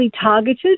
targeted